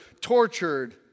tortured